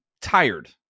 tired